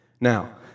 Now